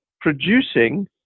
producing